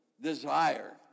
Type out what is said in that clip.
desire